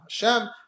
Hashem